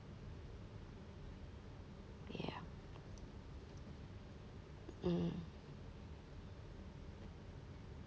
ya mmhmm